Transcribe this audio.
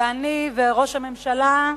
ואני וראש הממשלה,